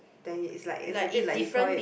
then it's like it's a bit like you call it